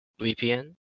vpn